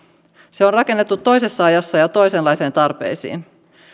se on rakennettu toisessa ajassa ja toisenlaisiin tarpeisiin